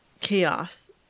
chaos